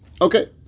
okay